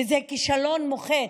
וזה כישלון מוחץ.